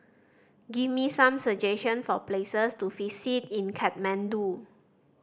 give me some suggestion for places to visit in Kathmandu